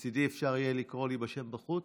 מצידי, אפשר יהיה לקרוא לי בשם בחוץ,